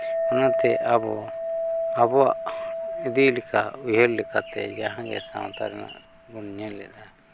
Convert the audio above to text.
ᱚᱱᱟᱛᱮ ᱟᱵᱚ ᱟᱵᱚᱣᱟᱜ ᱤᱫᱤ ᱞᱮᱠᱟ ᱩᱭᱦᱟᱹᱨ ᱞᱮᱠᱟᱛᱮ ᱡᱟᱦᱟᱸ ᱜᱮ ᱥᱟᱶᱛᱟ ᱨᱮᱱᱟᱜ ᱵᱚᱱ ᱧᱮᱞ ᱮᱫᱟ